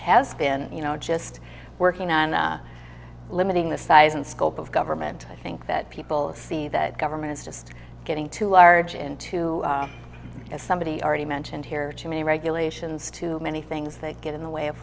has been you know just working on limiting the size and scope of government i think that people see that government is just getting too large and too as somebody already mentioned here too many regulations too many things that get in the way of